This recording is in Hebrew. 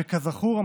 שכזכור,